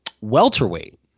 welterweight